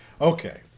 Okay